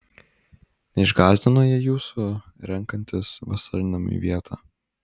neišgąsdino jie jūsų renkantis vasarnamiui vietą